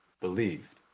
believed